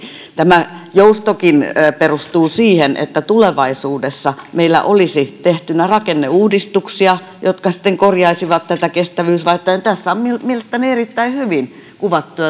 tämä joustokin perustuu siihen että tulevaisuudessa meillä olisi tehtynä rakenneuudistuksia jotka sitten korjaisivat tätä kestävyysvajetta niin tässä on mielestäni erittäin hyvin kuvattu ja